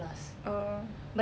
oh